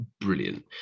brilliant